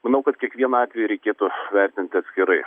manau kad kiekvieną atvejį reikėtų vertinti atskirai